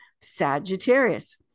Sagittarius